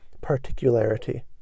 particularity